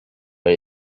but